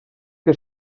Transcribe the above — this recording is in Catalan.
que